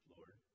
Lord